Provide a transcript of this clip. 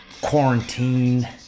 quarantine